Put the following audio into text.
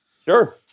Sure